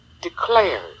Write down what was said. declared